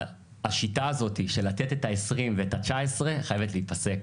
השיטה הזאת של לתת ה-20% ואת ה-19% חייבת להיפסק.